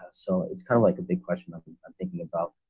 so it's kind of like a big question that i'm thinking about,